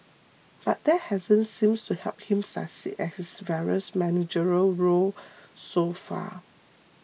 but that hasn't seemed to help him succeed at his various managerial role so far